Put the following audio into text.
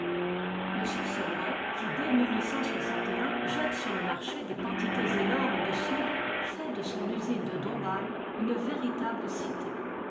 m solway qui dès jette sur le marché des quantités énormes de soude fait de son usine de dombasle une véritable cité